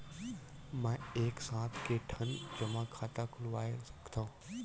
मैं एक साथ के ठन जमा खाता खुलवाय सकथव?